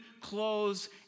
clothes